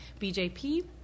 BJP